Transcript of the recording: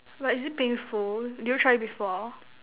but is it painful did you try it before